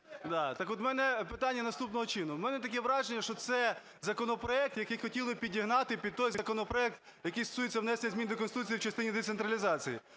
Так от в мене питання наступного чину. В мене таке враження, що це законопроект, який хотіли підігнати під той законопроект, який стосується внесення змін до Конституції в частині децентралізації.